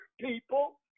people